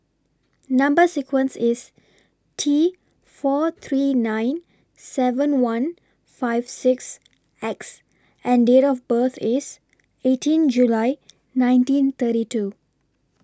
Number sequence IS T four three nine seven one five six X and Date of birth IS eighteen July nineteen thirty two